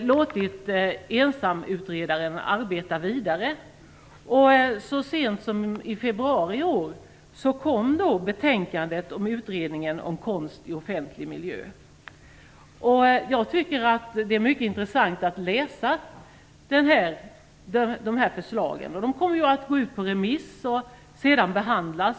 låtit ensamutredaren arbeta vidare. Så sent som i februari i år kom utredarens betänkande om konst i offentlig miljö. Jag tycker att det är mycket intressant att ta del av förslagen i betänkandet. De kommer nu att gå ut på remiss och sedan behandlas.